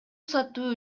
сатуу